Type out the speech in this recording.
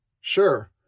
Sure